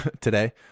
today